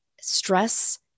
stress